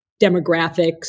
demographics